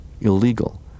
illegal